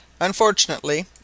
Unfortunately